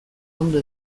ondo